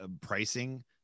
pricing